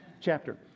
chapter